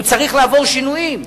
הוא צריך לעבור שינויים,